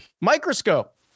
Microscope